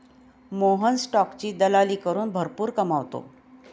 मोहन स्टॉकची दलाली करून भरपूर कमावतो